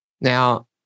Now